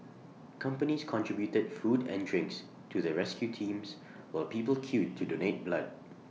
companies contributed food and drinks to the rescue teams while people queued to donate blood